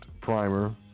Primer